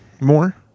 more